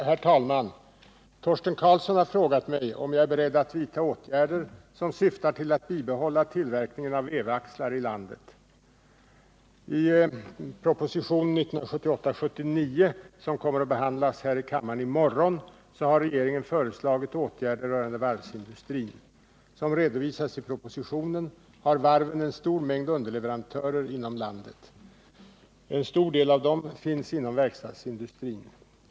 Herr talman! Torsten Karlsson har frågat mig om jag är beredd att vidta åtgärder som syftar till att bibehålla tillverkningen av vevaxlar i landet. I propositionen 1978/79:49, som kommer att behandlas här i kammaren i morgon, har regeringen föreslagit åtgärder rörande varvsindustrin. Som redovisas i propositionen har varven en stor mängd underleverantörer inom landet. En stor del av dem finns inom verkstadsindustrin.